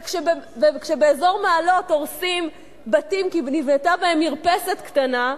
וכשבאזור מעלות הורסים בתים כי נבנתה בהם מרפסת קטנה,